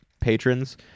patrons